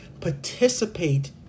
Participate